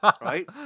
Right